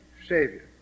Savior